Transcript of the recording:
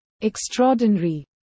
extraordinary